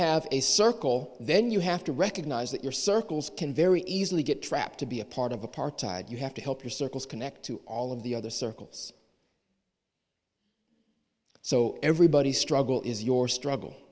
have a circle then you have to recognize that your circles can very easily get trapped to be a part of apartheid you have to help your circles connect to all of the other circles so everybody struggle is your struggle